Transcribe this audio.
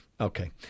okay